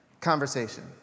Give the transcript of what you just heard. conversation